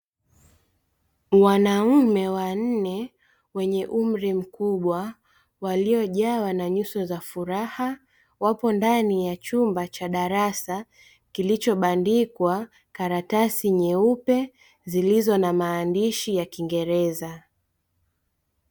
Wanaume wanne wenye umri mkubwa, walojaa wana nyuso za furaha wapo ndani ya chumba cha darasa kilichobandikwa karatasi nyeupe zilizo na maandishi ya kiingereza.